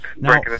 Now